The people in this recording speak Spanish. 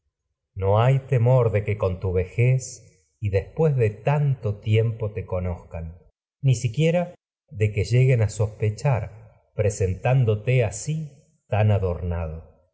ño hay temor de te que con tu vejez y des pués de tanto lleguen sírvete a de tiempo conozcan ni siquiera tan de que sospechar este presentándote así adornado